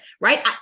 right